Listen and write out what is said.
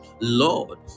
lord